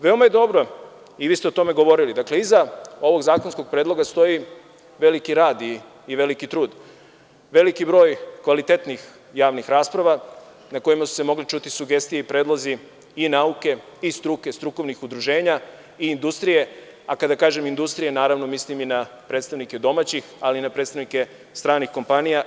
Veoma je dobro i vi ste o tome govorili, dakle iza ovog zakonskog predloga stoji veliki rad i veliki trud, veliki broj kvalitetnih javnih rasprava, na kojima su se mogle čuti sugestije i predlozi i nauke i struke, strukovnih udruženja i industrije, a kada kažem industrije, mislim i na predstavnike domaćih ali i na predstavnike stranih kompanija.